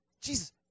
Jesus